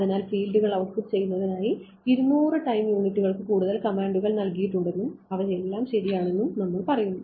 അതിനാൽ ഫീൽഡുകൾ ഔട്ട്പുട്ട് ചെയ്യുന്നതിനായി 200 ടൈം യൂണിറ്റുകൾക്ക് കൂടുതൽ കമാൻഡുകൾ നൽകിയിട്ടുണ്ടെന്നും അവയെല്ലാം ശരിയാണെന്നും നമ്മൾ പറയുന്നു